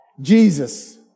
Jesus